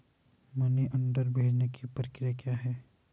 Money order भेजने की प्रक्रिया क्या है?